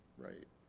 right.